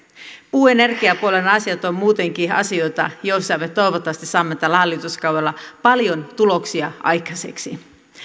puuenergiapuolen asiat ovat muutenkin asioita joissa me toivottavasti saamme tällä hallituskaudella paljon tuloksia aikaiseksi